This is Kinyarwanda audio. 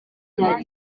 rya